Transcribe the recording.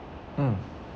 mm